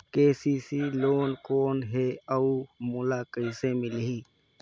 KCC loan कौन हे अउ मोला कइसे मिलही?